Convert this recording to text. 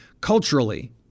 culturally